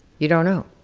you don't know.